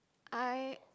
I